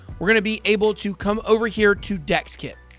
we're going to be able to come over here to dexkit.